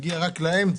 הוא הגיע רק לאמצע,